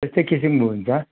यस्तै किसिमको हुन्छ